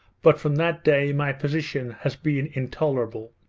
but from that day my position has been intolerable.